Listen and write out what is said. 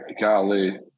golly